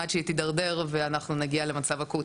עד שהיא תדרדר ואנחנו נגיע למצב אקוטי.